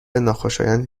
ناخوشایند